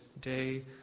day